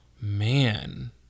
man